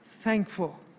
thankful